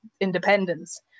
independence